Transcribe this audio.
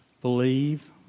Believe